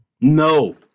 No